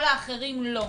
כל האחרים לא.